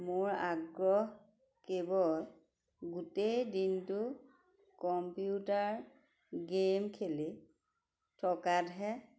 মোৰ আগ্ৰহ কেৱল গোটেই দিনটো কম্পিউটাৰ গে'ম খেলি থকাতহে